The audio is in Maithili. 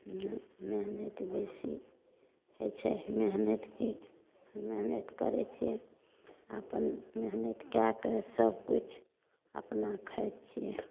मेहनत बेसी होइ छै मेहनत मेहनत करैत छियै आ अपन मेहनत कैके सब किछु अपना खाइत छियै